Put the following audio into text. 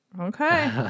Okay